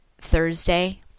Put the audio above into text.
Thursday